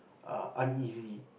err uneasy